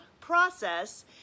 process